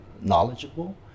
knowledgeable